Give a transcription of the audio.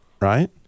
right